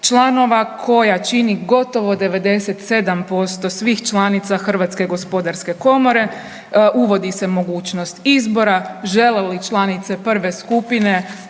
članova koja čini gotovo 97% svih članica HGK, uvodi se mogućnost izbora, žele li članice prve skupine